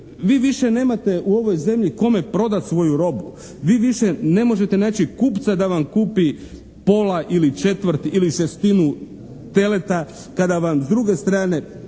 Vi više nemate u ovoj zemlji kome prodati svoju robu. Vi više ne možete naći kupca da vam kupi pola ili četvrt ili šestinu teleta kada vam s druge strane